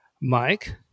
Mike